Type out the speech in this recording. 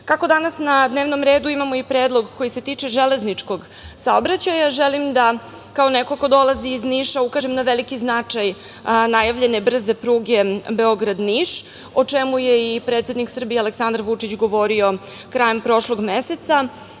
evra. Kako danas na dnevnom redu imamo i predlog koji se tiče železničkog saobraćaja, želim da kao neko ko dolazi iz Niša ukažem na veliki značaj najavljene brze pruge Beograd – Niš, o čemu je i predsednik Srbije Aleksandar Vučić govorio krajem prošlog meseca,